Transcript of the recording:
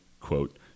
quote